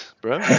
bro